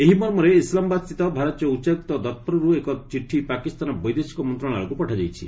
ଏହି ମର୍ମରେ ଇସ୍ଲାମାବାଦସ୍ଥିତ ଭାରତୀୟ ଉଚ୍ଚାୟୁକ୍ତ ଦପ୍ତରରୁ ଏକ ଚିଠି ପାକିସ୍ତାନ ବୈଦେଶିକ ମନ୍ତ୍ରଣାଳୟକୁ ପଠାଯାଇଛି